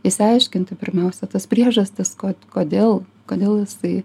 išsiaiškinti pirmiausia tas priežastis ko kodėl kodėl jisai